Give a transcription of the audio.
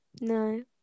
No